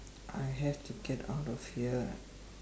I have to get out of here